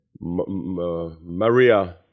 Maria